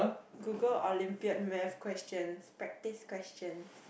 Google Olympiad math questions practice questions